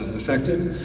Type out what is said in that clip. effected.